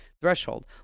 threshold